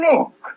Look